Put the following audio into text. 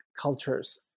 cultures